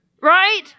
Right